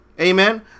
Amen